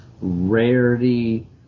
rarity